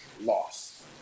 loss